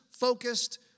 Focused